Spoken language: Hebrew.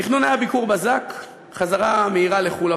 התכנון היה ביקור בזק וחזרה מהירה לחו"ל,